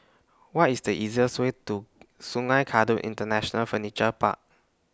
What IS The easiest Way to Sungei Kadut International Furniture Park